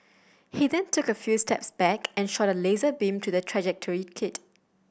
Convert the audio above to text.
he then took a few steps back and shot a laser beam to the trajectory kit